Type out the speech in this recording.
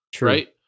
Right